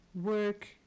work